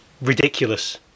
ridiculous